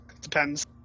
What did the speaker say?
depends